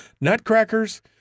Nutcrackers